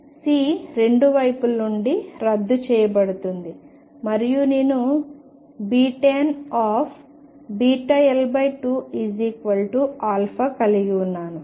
C రెండు వైపుల నుండి రద్దు చేయబడుతుంది మరియు నేను tan βL2 కలిగి ఉన్నాను